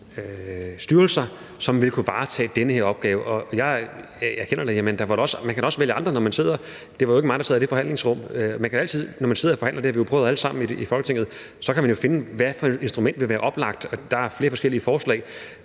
styrelser, som vil kunne varetage den her opgave? Og jeg erkender, at man da også kunne have valgt andre, da man sad der. Det var jo ikke mig, der sad i det forhandlingsrum, men man kan jo altid, når man sidder og forhandler – det har vi jo prøvet alle sammen i Folketinget – finde ud af, hvad for et instrument der vil være oplagt. Og der er flere forskellige forslag.